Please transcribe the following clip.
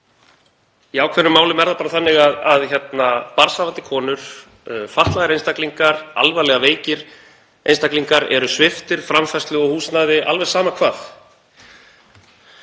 ákveðnum málum er það bara þannig að barnshafandi konur, fatlaðir einstaklingar, alvarlega veikir einstaklingar eru sviptir framfærslu og húsnæði, alveg sama hvað.